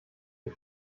die